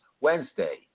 Wednesday